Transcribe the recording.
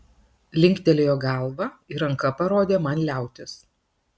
linktelėjo galva ir ranka parodė man liautis